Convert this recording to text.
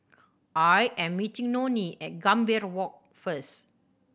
I am meeting Nonie at Gambir Walk first